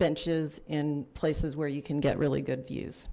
benches in places where you can get really good views